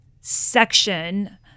section